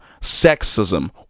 sexism